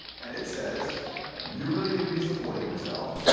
and it says you really need to be supporting yourself,